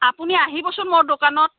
আপুনি আহিবচোন মোৰ দোকানত